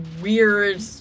weird